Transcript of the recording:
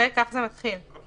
כך זה מתחיל.